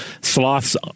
sloths